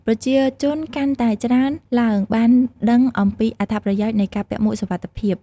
ប្រជាជនកាន់តែច្រើនឡើងបានដឹងអំពីអត្ថប្រយោជន៍នៃការពាក់មួកសុវត្ថិភាព។